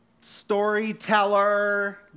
storyteller